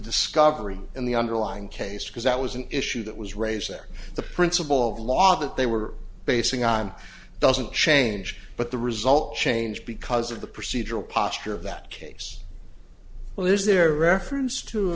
discovery in the underlying case because that was an issue that was raised there the principle of law that they were basing on doesn't change but the result changed because of the procedural posture of that case well is there reference to